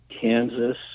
Kansas